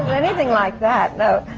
anything like that, no.